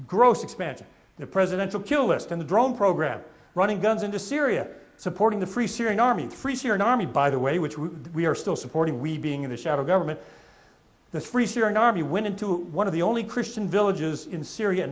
gross expansion the presidential killis then the drone program running guns into syria supporting the free syrian army free syrian army by the way which we we are still supporting we being in the shadow government the free syrian army went into one of the only christian villages in syria